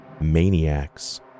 maniacs